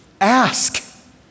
Ask